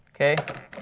Okay